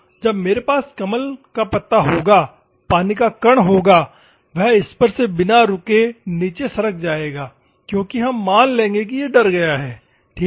तो जब मेरे पास कमल का पत्ता होगा पानी का कण होगा और वह इस पर से बिना रुके नीचे सरक जाएगा क्योंकि हम मान लेंगे कि यह डर गया है ठीक है